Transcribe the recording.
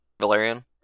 Valerian